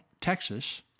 Texas